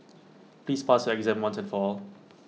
please pass your exam once and for all